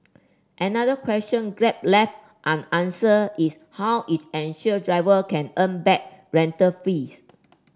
another question Grab left unanswered is how it ensure driver can earn back rental fees